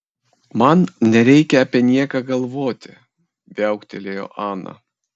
man nereikia apie nieką galvoti viauktelėjo ana